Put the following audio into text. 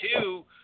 two